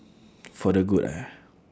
for the good ah